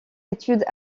études